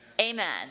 Amen